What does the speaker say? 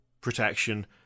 protection